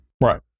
Right